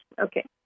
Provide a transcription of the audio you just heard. Okay